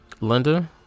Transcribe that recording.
linda